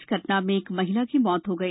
इस घटना में एक महिला की मौत हो गई